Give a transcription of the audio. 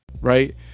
right